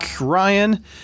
Ryan